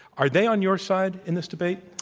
are they on your side in this debate?